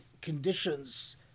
conditions